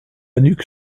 nuque